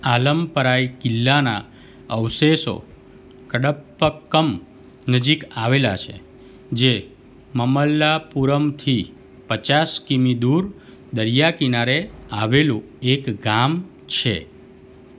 આલમપરાઈ કિલ્લાના અવશેષો કડપ્પક્કમ નજીક આવેલા છે જે મમલ્લાપુરમથી પચાસ કિમી દૂર દરિયા કિનારે આવેલું એક ગામ છે